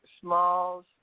Smalls